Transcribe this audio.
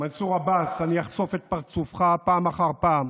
מנסור עבאס, אני אחשוף את פרצופך פעם אחר פעם